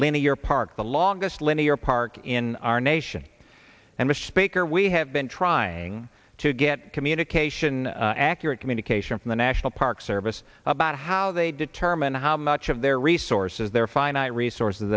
linear park the longest linear park in our nation and we speak or we have been trying to get communication accurate communication from the national park service about how they determine how much of their resources their fire resources